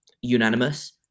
unanimous